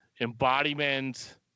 Embodiment